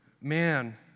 man